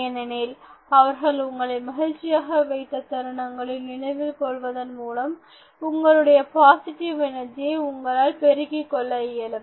ஏனெனில் அவர்கள் உங்களை மகிழ்ச்சியாக வைத்த தருணங்களை நினைவில் கொள்வதன் மூலம் உங்களுடைய பாசிட்டிவ் எனர்ஜியை உங்களால் பெருக்கிக் கொள்ள இயலும்